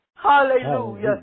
Hallelujah